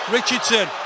Richardson